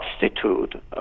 substitute